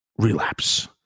relapse